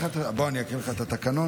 בוא, אני אקריא לך את התקנון: